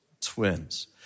twins